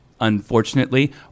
Unfortunately